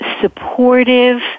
supportive